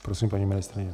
Prosím, paní ministryně.